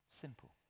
Simple